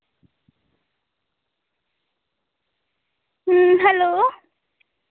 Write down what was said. hello